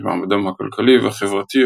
את מעמדם הכלכלי והחברתי,